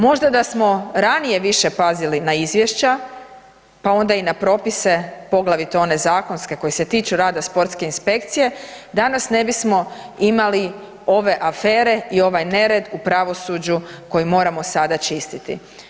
Možda da smo ranije više pazili na izvješća, pa onda i na propise poglavito one zakonske koje se tiču rada sportske inspekcije danas ne bismo imali ove afere i ovaj nered u pravosuđu koji moramo sada čistiti.